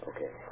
Okay